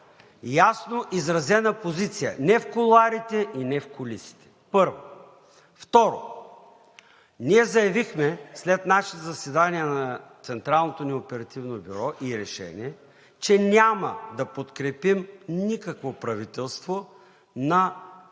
ясно изразена позиция не в кулоарите и не зад кулисите – първо, и, второ, ние заявихме след наше заседание на Централното ни оперативно бюро и решение, че няма да подкрепим никакво правителство на партиите, които